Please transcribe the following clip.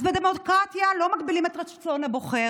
אז בדמוקרטיה לא מגבילים את רצון הבוחר.